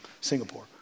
Singapore